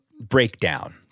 breakdown